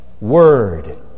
word